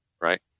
right